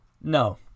No